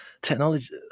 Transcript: technology